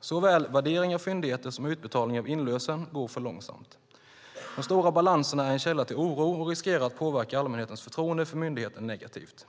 Så väl värdering av fyndigheterna som utbetalning av inlösen går långsamt. De stora balanserna är en källa till oro och riskerar att påverka allmänhetens förtroende för myndigheten negativt.